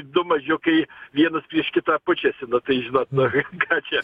du mažiukai vienas prieš kitą pučiasi na tai žinot nu ką čia